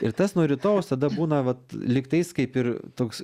ir tas nuo rytojaus tada būna vat lygtais kaip ir toks